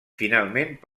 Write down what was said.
finalment